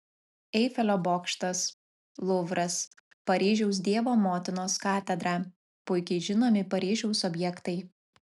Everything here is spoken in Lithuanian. eifelio bokštas luvras paryžiaus dievo motinos katedra puikiai žinomi paryžiaus objektai